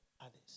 Others